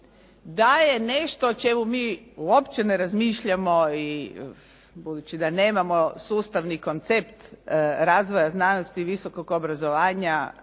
da je nešto o čemu mi uopće ne razmišljamo i budući da nemamo sustavni koncept razvoja znanosti i visokog obrazovanja